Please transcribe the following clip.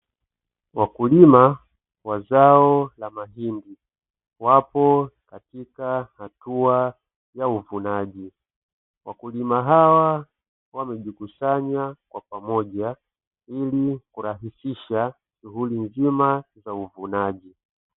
Wakulima wa zao la mahindi, wapo katika hatua ya uvunaji, wakulima hawa wamejikusanya kwa pamoja ili kurahisisha shughuli nzima za uvunaji.